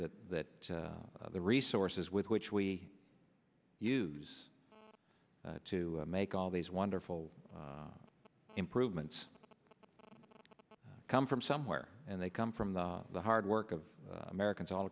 that that the resources with which we use to make all these wonderful improvements come from somewhere and they come from the hard work of americans all